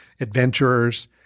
adventurers